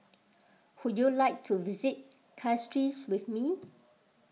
would you like to visit Castries with me